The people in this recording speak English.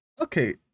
okay